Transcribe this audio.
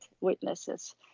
witnesses